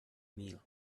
meal